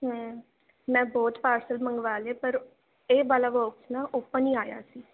ਹਮ ਬਹੁਤ ਪਾਰਸਲ ਮੰਗਵਾ ਲਏ ਪਰ ਇਹ ਵਾਲਾ ਓਪਨ ਹੀ ਆਇਆ ਸੀ